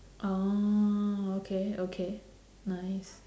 orh okay okay nice